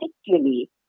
particularly